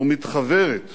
ומתחוורת